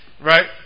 Right